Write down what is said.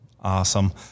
Awesome